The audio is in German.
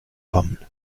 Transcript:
kommen